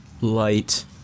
Light